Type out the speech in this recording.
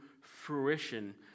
fruition